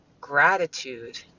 gratitude